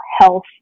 Health